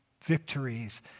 victories